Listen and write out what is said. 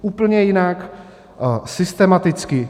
Úplně jinak, systematicky.